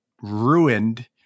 ruined